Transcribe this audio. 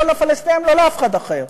לא לפלסטינים ולא לאף אחד אחר.